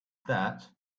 that